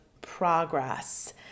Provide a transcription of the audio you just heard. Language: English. progress